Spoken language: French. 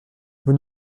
vous